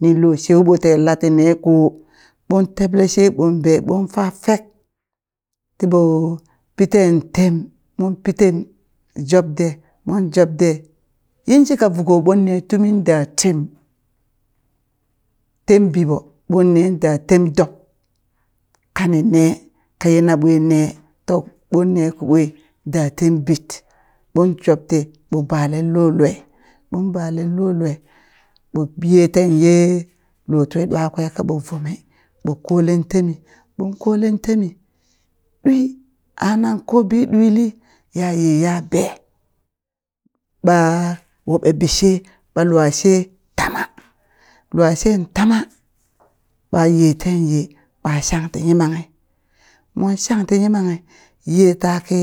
Ninlo sheweɓo ten lati ne ko ɓon teble she ɓon be ɓon fa fek tiɓo piteen tem ɓon pi tem jobde mon jobde yinshika vuko ɓonne tumi da tem tem bii ɓo ɓonne da tem dop kani me kaye naɓwe me tob ɓon ne kiɓo da tem bit ɓon jobɗe ɓo bale lo lue ɓon balen lo lue ɓo byeten yee lotwi ɗwakwe kaɓo vumi ɓo kolen temi ɓon kolen temi ɗwi a nan kobi ɗwili yaye ya bee ɓaa woɓe bi she ɓa lua she tama lua shen tama ɓa yeten ye ɓa shang ti yi manghi mon shang ti yimanghi ye taki